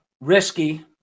Risky